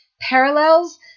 parallels